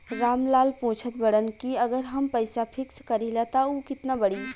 राम लाल पूछत बड़न की अगर हम पैसा फिक्स करीला त ऊ कितना बड़ी?